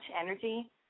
energy